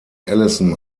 allison